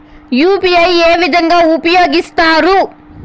UPI ఏ విధంగా ఉపయోగిస్తారు?